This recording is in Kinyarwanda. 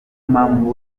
mpamvu